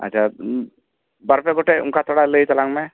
ᱟᱪᱪᱷᱟ ᱵᱟᱨᱯᱮ ᱜᱚᱴᱮᱡ ᱚᱱᱠᱟ ᱛᱷᱚᱲᱟ ᱞᱟᱹᱭ ᱛᱟᱞᱟᱝ ᱢᱮ